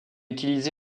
utilisé